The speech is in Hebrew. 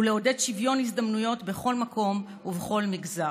ולעודד שוויון הזדמנויות בכל מקום ובכל מגזר.